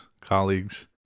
colleagues